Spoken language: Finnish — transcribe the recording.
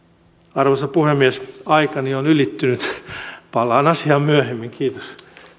arvoisa puhemies aikani on ylittynyt palaan asiaan myöhemmin kiitos